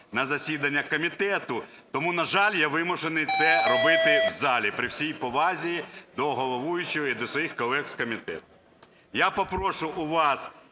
на засідання комітету, тому, на жаль, я вимушений це робити в залі, при всій повазі до головуючого і своїх колег з комітету. Я попрошу у вас